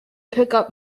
pickup